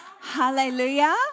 Hallelujah